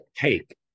take